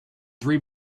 three